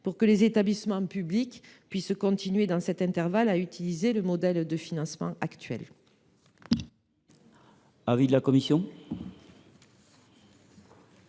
afin que les établissements publics puissent continuer, dans l’intervalle, à utiliser le mode de financement actuel.